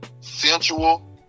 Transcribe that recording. sensual